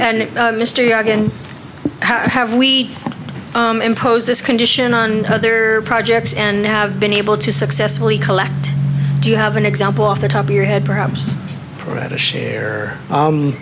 and mr yaga and how have we imposed this condition on other projects and have been able to successfully collect do you have an example off the top of your head perhaps for